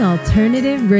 Alternative